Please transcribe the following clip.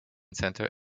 center